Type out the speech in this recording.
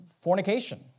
fornication